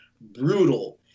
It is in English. brutal